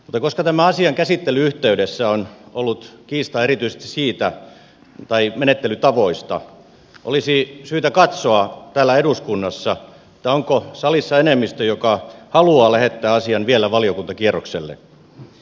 mutta koska tämän asian käsittelyn yhteydessä on ollut kiistaa erityisesti menettelytavoista olisi syytä katsoa täällä eduskunnassa onko salissa enemmistö joka haluaa lähettää asian vielä valiokuntakierrokselle